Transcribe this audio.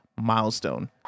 milestone